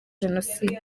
jenoside